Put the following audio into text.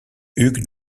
hugues